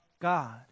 God